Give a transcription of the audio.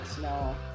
No